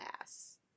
ass